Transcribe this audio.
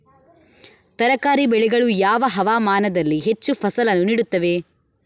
ತರಕಾರಿ ಬೆಳೆಗಳು ಯಾವ ಹವಾಮಾನದಲ್ಲಿ ಹೆಚ್ಚು ಫಸಲನ್ನು ನೀಡುತ್ತವೆ?